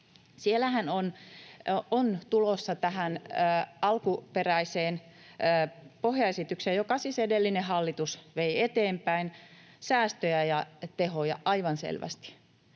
Länsirata, on tulossa tähän alkuperäiseen pohjaesitykseen, jonka siis edellinen hallitus vei eteenpäin, säästöjä ja tehoja aivan selvästi.